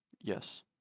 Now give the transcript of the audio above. Yes